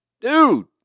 Dude